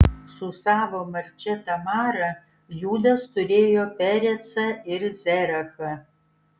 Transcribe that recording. su savo marčia tamara judas turėjo perecą ir zerachą